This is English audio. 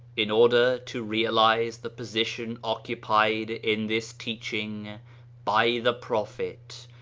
in order to realize the position occupied in this teaching by the prophet,